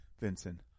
Vincent